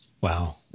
wow